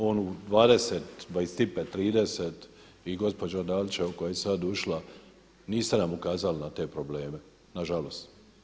On u 20, 25, 30 i gospođa Dalić koja je sad ušla niste nam ukazali na te probleme na žalost.